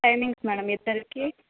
timings madam ఇద్దరికి